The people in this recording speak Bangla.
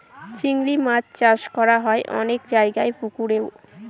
চিংড়ি মাছ চাষ করা হয় অনেক জায়গায় পুকুরেও